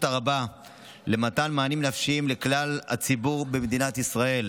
הרבה של מתן מענים נפשיים לכלל הציבור במדינת ישראל,